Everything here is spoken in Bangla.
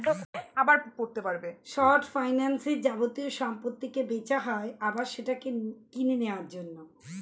শর্ট ফাইন্যান্সে যাবতীয় সম্পত্তিকে বেচা হয় আবার সেটাকে কিনে নেওয়ার জন্য